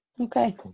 okay